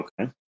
Okay